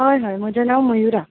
हय हय म्हजें नांव मयुरा